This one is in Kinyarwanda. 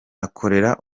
akorera